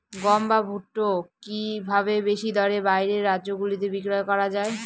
গম বা ভুট্ট কি ভাবে বেশি দরে বাইরের রাজ্যগুলিতে বিক্রয় করা য়ায়?